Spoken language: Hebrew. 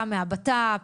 גם מהבט"פ,